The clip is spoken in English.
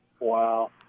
Wow